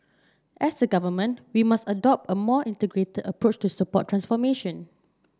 as a Government we must adopt a more integrated approach to support transformation